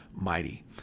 mighty